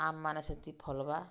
ଆମ୍ମାନେ ସେଥି ଫଲ୍ବା